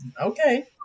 Okay